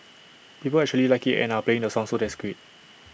people actually like IT and are playing the song so that's great